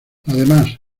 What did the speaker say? además